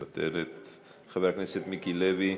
מוותרת, חבר הכנסת מיקי לוי,